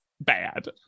bad